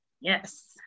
Yes